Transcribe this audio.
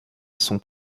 son